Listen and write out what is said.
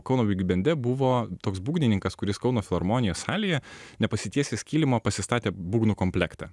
kauno bigbende buvo toks būgnininkas kuris kauno filharmonijos salėje nepasitiesęs kilimo pasistatė būgnų komplektą